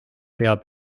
peab